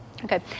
okay